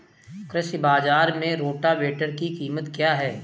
कृषि बाजार में रोटावेटर की कीमत क्या है?